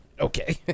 okay